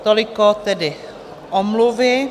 Toliko tedy omluvy.